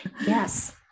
Yes